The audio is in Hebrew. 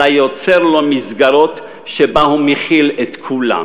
אלא יוצר לו מסגרת שבה הוא מכיל את כולם,